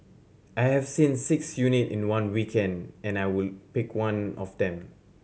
I have seen six unit in one weekend and I would pick one of them